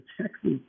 Texas